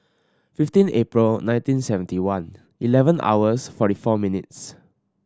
fifteen April nineteen seventy one eleven hours forty four minutes